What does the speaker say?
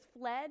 fled